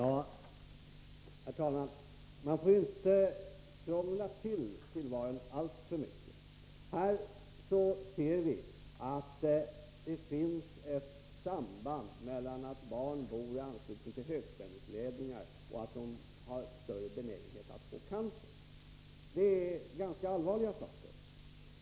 Herr talman! Man får inte krångla till tillvaron alltför mycket. Här ser vi att barn som bor i närheten av högspänningsledningar har större benägenhet att få cancer än andra barn. Detta är en ganska allvarlig sak.